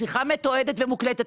שיחה מתועדת ומוקלטת,